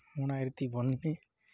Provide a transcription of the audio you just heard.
மூணாயிரத்து ஒன்று